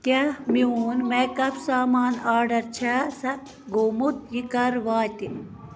کیٛاہ میون میکَپ سامان آرڈر چھےٚ سٮ۪پ گوٚمُت یہِ کَر واتہِ